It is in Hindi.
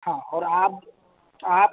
हाँ और आप आप